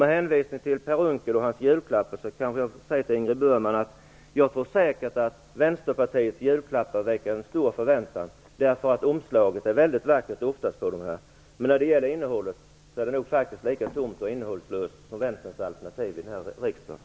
Med hänvisning till Per Unckels julklappar vill jag säga till Ingrid Burman att jag säkert tror att Vänsterpartiets julklappar väcker en stor förväntan. Omslaget på dem är oftast mycket vackert, men innehållet är nog faktiskt lika tomt som Vänsterns alternativ här i riksdagen.